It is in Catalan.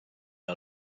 era